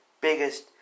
biggest